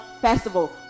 Festival